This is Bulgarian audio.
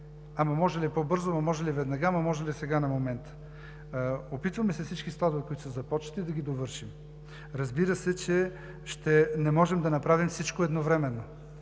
ама може ли по-бързо, ама може ли веднага, ама може ли сега на момента? Опитваме се всички складове, които са започнати, да ги довършим. Разбира се, че не можем да направим всичко едновременно.